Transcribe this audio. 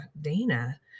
Dana